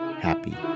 Happy